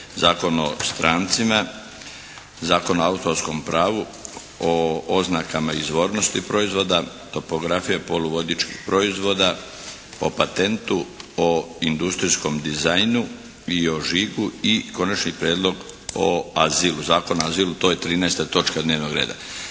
Zakon o strancima, Zakon o autorskom pravu, o oznakama izvornosti proizvoda, topografija poluvodičkih proizvoda, o patentu, o industrijskom dizajnu i o žigu i Konačni prijedlog o azilu, Zakona o azilu. To je 13. točka dnevnog reda.